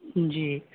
جی